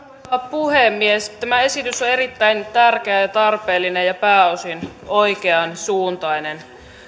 puhemies tämä esitys on erittäin tärkeä ja tarpeellinen ja pääosin oikean suuntainen